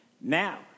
Now